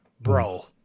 Bro